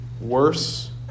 worse